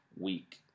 week